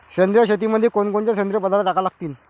सेंद्रिय शेतीमंदी कोनकोनचे सेंद्रिय पदार्थ टाका लागतीन?